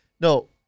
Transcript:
No